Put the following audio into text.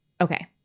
Okay